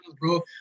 bro